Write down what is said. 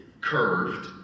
curved